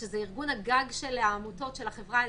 שזה ארגון הגג של העמותות של החברה האזרחית,